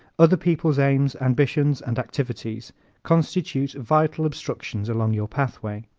other people's aims, ambitions and activities constitute vital obstructions along your pathway.